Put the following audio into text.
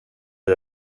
jag